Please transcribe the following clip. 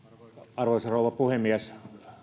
arvoisa rouva puhemies tämä on